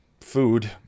food